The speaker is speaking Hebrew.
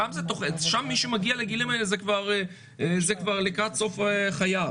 שם מי שמגיע לגילים האלה זה כבר לקראת סוף חייו.